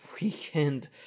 weekend